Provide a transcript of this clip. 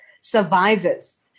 survivors